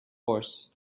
force